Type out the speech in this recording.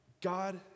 God